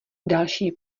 další